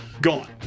gone